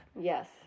Yes